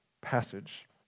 passage